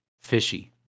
fishy